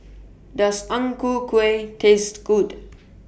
Does Ang Ku Kueh Taste Good